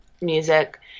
music